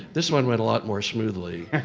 this one went a lot more smoothly.